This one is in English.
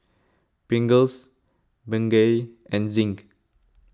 Pringles Bengay and Zinc